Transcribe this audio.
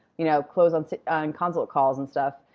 you know close on consult calls and stuff.